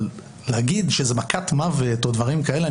אבל להגיד שזאת מכת מוות או דברים כאלה,